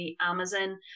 Amazon